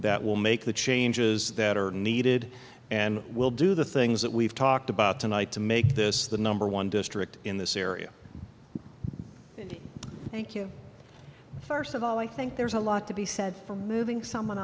that will make the changes that are needed and will do the things that we've talked about tonight to make this the number one district in this area and to thank you first of all i think there's a lot to be said for moving s